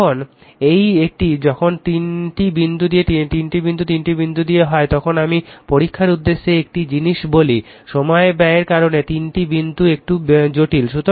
এখন এই একটি যখন 3টি বিন্দু 3টি বিন্দু হয় তখন আমি পরীক্ষার উদ্দেশ্যে একটি জিনিস বলি সময় ব্যয়ের কারণে 3টি বিন্দু একটু জটিল হয়